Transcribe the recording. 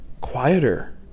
quieter